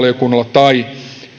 tai